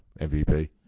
MVP